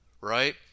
right